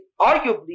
arguably